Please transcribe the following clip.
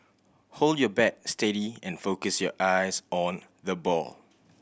hold your bat steady and focus your eyes on the ball